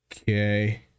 Okay